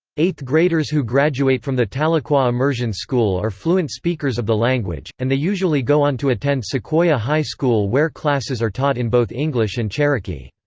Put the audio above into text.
eighth graders who graduate from the tahlequah immersion school are fluent speakers of the language, and they usually go on to attend sequoyah high school where classes are taught in both english and cherokee.